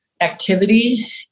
activity